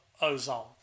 Ozone